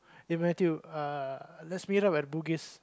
eh Matthew uh let's meet up at Bugis